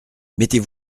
mettez